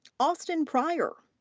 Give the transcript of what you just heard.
austin prior.